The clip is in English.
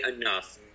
enough